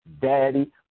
daddy